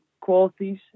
qualities